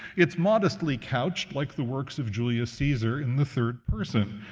it's modestly couched, like the works of julius caesar, in the third person.